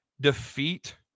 defeat